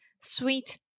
sweet